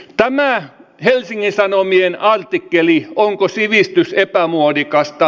tämä helsingin sanomien artikkeli onko sivistys epämuodikasta